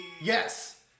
Yes